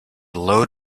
load